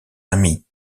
amis